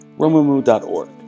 Romumu.org